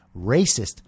racist